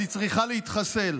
אז היא צריכה להתחסל.